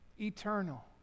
eternal